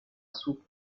soupe